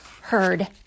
heard